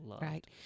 right